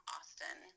Austin